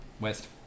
West